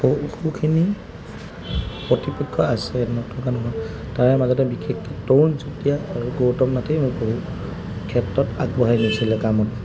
বহুতোখিনি প্ৰতিপক্ষ আছে নথকা নহয় তাৰে মাজতে বিশেষকৈ তৰুণ চুটিয়া আৰু গৌতম নাথেই মোক বহুত ক্ষেত্ৰত আগবঢ়াই নিছিলে কামত